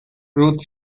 ruth